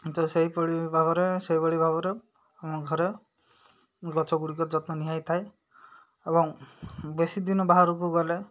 ତ ସେଇଭଳି ଭାବରେ ସେଇଭଳି ଭାବରେ ଆମ ଘରେ ଗଛ ଗୁଡ଼ିକ ଯତ୍ନ ନିଆହୋଇଥାଏ ଏବଂ ବେଶୀ ଦିନ ବାହାରକୁ ଗଲେ